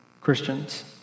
Christians